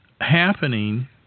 happening